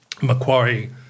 Macquarie